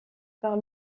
par